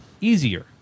easier